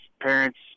parents